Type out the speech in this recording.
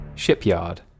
Shipyard